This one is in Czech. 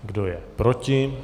Kdo je proti?